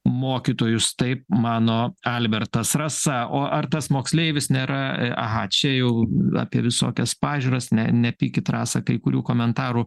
mokytojus taip mano albertas rasa o ar tas moksleivis nėra aha čia jau apie visokias pažiūras ne nepykit rasa kai kurių komentarų